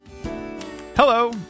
Hello